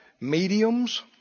mediums